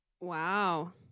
Wow